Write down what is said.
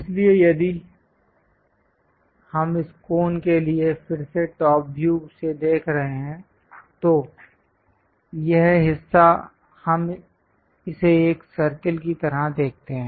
इसलिए यदि हम इस कोन के लिए फिर से टॉप व्यू से देख रहे हैं तो यह हिस्सा हम इसे एक सर्कल की तरह देखते हैं